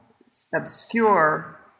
obscure